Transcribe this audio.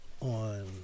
on